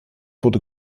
wurde